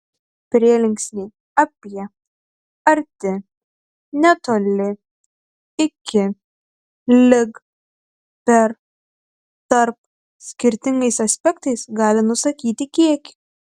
prielinksniai apie arti netoli iki lig per tarp skirtingais aspektais gali nusakyti kiekį